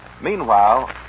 Meanwhile